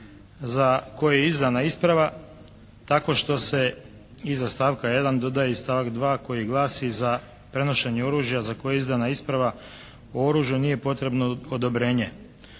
za koje je izdana isprava tako što se iza stavka 1. dodaje i stavak 2. koji glasi za prenošenje oružja za koje je izdana isprava o oružju nije potrebno odobrenje.